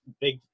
big